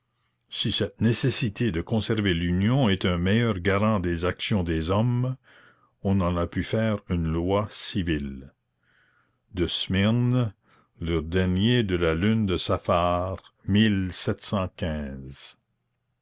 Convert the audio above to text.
si cette nécessité de conserver l'union est un meilleur garant des actions des hommes on en a pu faire une loi civile de smyrne le dernier jour de la lune de saphar